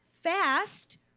fast